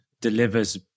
delivers